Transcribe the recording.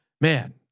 man